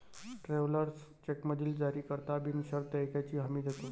travellers चेकमधील जारीकर्ता बिनशर्त देयकाची हमी देतो